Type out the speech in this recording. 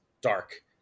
dark